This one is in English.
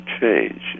change